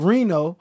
Reno